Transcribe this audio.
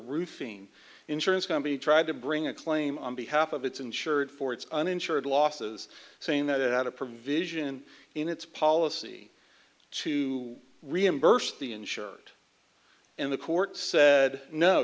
rufin insurance company tried to bring a claim on behalf of its insured for its uninsured losses saying that it had a provision in its policy to reimburse the insured and the court said no